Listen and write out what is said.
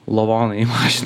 lavoną į mašiną